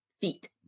feet